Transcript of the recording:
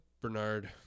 Bernard